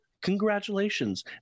Congratulations